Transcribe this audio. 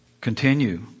Continue